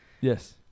Yes